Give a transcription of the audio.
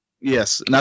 Yes